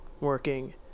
working